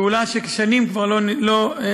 פעולה שכבר שנים לא נעשתה,